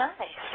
Nice